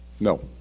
No